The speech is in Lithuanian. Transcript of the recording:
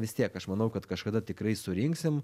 vis tiek aš manau kad kažkada tikrai surinksim